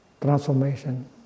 transformation